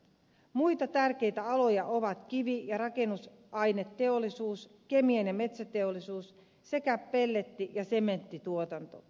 muita tärkeitä aloja ovat kivi ja rakennusaineteollisuus kemian ja metsäteollisuus sekä pelletti ja sementtituotanto